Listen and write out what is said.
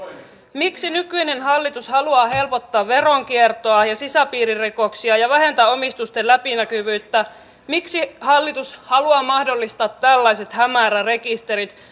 miksi nykyinen hallitus haluaa helpottaa veronkiertoa ja sisäpiiririkoksia ja vähentää omistusten läpinäkyvyyttä miksi hallitus haluaa mahdollistaa tällaiset hämärärekisterit